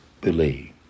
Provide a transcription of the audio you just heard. believe